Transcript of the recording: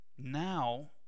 Now